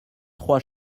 trois